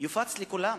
יופץ לכולם,